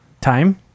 time